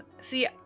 see